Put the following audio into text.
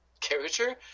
character